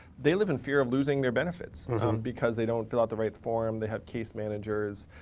they live in fear of losing their benefits because they don't fill out the right form. they have case managers.